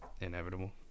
inevitable